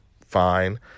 fine